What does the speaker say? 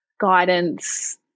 guidance